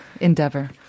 endeavor